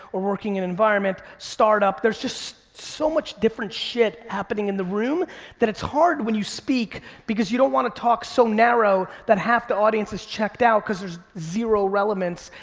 or working in environment, start up, there's just so much different shit happening in the room that it's hard when you speak because you don't wanna talk so narrow that half the audience is checked out cause there's zero relevance.